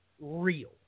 real